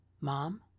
Mom